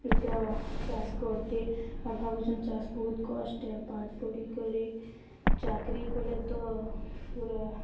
ଇଟା ଚାଷ୍ ପ୍ରତି ଆଉ ଭାବୁଚୁଁ ଚାଷ୍ ବହୁତ୍ କଷ୍ଟ ଏ ପାଠ୍ ପଢ଼ି କରି ଚାକ୍ରି କଲେ ତ ପୁରା